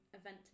event